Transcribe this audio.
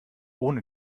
ohne